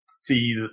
See